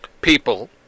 people